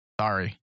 sorry